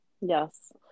yes